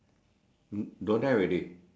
the that one is a bird the the white colour